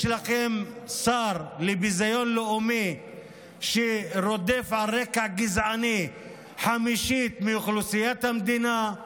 יש לכם שר לביזיון לאומי שרודף חמישית מאוכלוסיית המדינה על רקע גזעני,